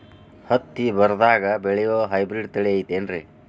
ಹತ್ತಿ ಬರದಾಗ ಬೆಳೆಯೋ ಹೈಬ್ರಿಡ್ ತಳಿ ಐತಿ ಏನ್ರಿ?